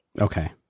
Okay